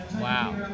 Wow